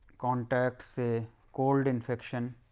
contacts a cold infection